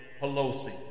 Pelosi